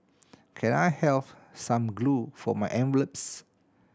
can I have some glue for my envelopes